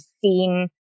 seen